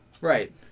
Right